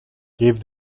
gave